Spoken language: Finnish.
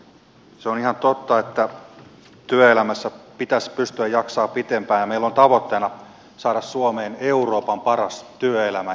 se on ihan totta että työelämässä pitäisi pystyä jaksamaan pitempään ja meillä on tavoitteena saada suomeen euroopan paras työelämä